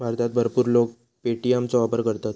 भारतात भरपूर लोक पे.टी.एम चो वापर करतत